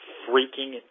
freaking